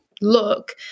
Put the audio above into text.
Look